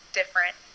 different